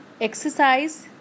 exercise